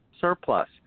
surplus